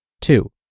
Two